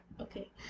okay